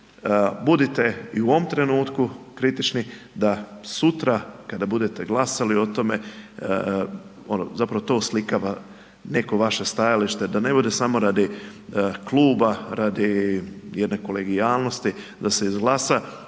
Budite i u ovom trenutku kritični, da sutra kada budete glasali o tome, ono zapravo to oslikava neko vaše stajalište. Da ne bude samo radi kluba, radi jedne kolegijalnosti da se izglasa,